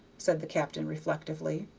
said the captain, reflectively.